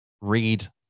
read